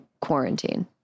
quarantine